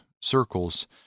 circles